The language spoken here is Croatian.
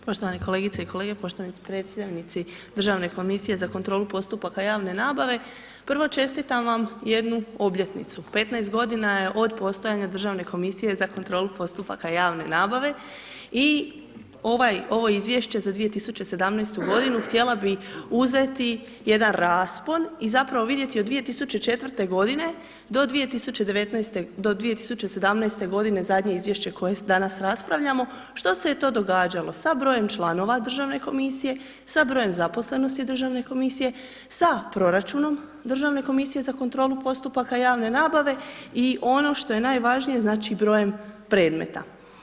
Poštovane kolegice i kolege, poštovani predstavnici Državne komisije za kontrolu postupaka javne nabave, prvo čestitam vam jednu obljetnicu, 15 godina je od postojanja Državne komisije za kontrolu postupaka javne nabave i ovaj, ovo izvješće za 2017. godinu htjela bi uzeti jedan raspon i zapravo vidjeti od 2004. do 2019. do 2017. godine zadnje izvješće koje danas raspravljamo što se je to događalo, sa brojem članova državne komisije, sa broj zaposlenosti u državnoj komisiji, sa proračunom Državne komisije za kontrolu postupaka javne nabave i ono što je najvažnije znači brojem predmeta.